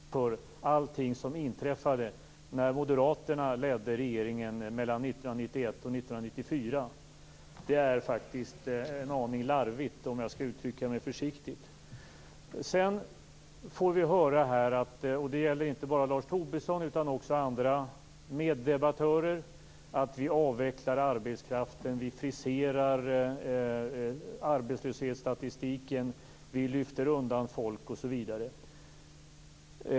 Fru talman! Jag hörde Lars Tobisson säga samma sak som Bo Lundgren brukar säga, att alla olyckor i Sverige som inträffade under den borgerliga regeringsperioden berodde på att jag var statssekreterare under 1980-talet. Jag vill inte förneka att både jag och andra statssekreterare har haft viktiga arbetsuppgifter, men med förlov sagt tror jag faktiskt att Lars Tobisson något överdriver min roll i sammanhanget. Att ge mig ansvaret för allting som inträffade när Moderaterna ledde regeringen 1991-1994 är faktiskt en aning larvigt, om jag skall uttrycka mig försiktigt. Sedan får vi höra här - det gäller inte bara Lars Tobisson utan också andra meddebattörer - att vi avvecklar arbetskraften, att vi friserar arbetslöshetsstatistiken, att vi lyfter undan folk osv.